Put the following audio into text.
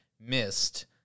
missed